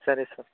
సరే సార్